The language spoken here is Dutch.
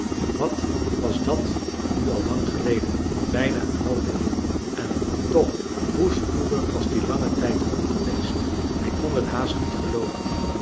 wat was dat nu al lang geleden bijna een halve eeuw en toch hoe spoedig was die lange tijd om geweest hij kon het haast niet gelooven